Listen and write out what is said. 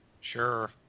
Sure